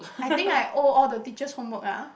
I think I owe all the teachers' homework ah